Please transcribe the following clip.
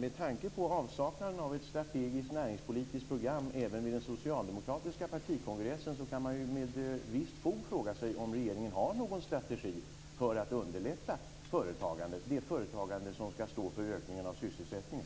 Med tanke på avsaknaden av ett strategiskt näringspolitiskt program även vid den socialdemokratiska partikongressen kan man med visst fog fråga sig, om regeringen har någon strategi för att underlätta det företagande som skall stå för ökningen av sysselsättningen.